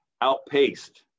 outpaced